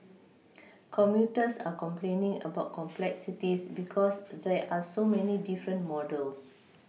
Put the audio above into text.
commuters are complaining about complexities because there are so many different models